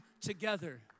together